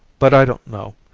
but i don't know.